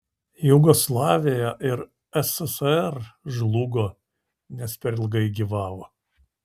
jugoslavija ir sssr žlugo nes per ilgai gyvavo